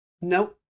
Nope